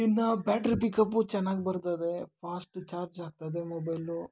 ಇನ್ನು battery pickup ಚೆನ್ನಾಗ್ ಬರ್ತದೆ ಫಾಸ್ಟ್ ಚಾರ್ಜ್ ಆಗ್ತದೆ ಮೊಬೈಲು